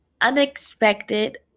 unexpected